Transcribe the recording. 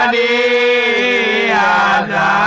a